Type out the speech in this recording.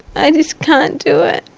i just can't do it,